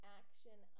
action